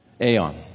Aeon